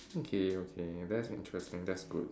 okay okay that's interesting that's good